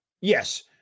yes